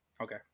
Okay